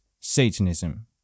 Satanism